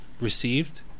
received